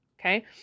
Okay